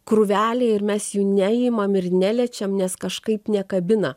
krūvelėj ir mes jų neimam ir neliečiam nes kažkaip nekabina